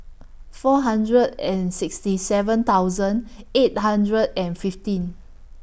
four hundred and sixty seven thousand eight hundred and fifteen